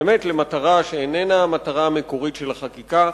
באמת למטרה שאיננה המטרה המקורית של החקיקה,